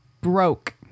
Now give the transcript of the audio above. broke